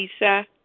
Lisa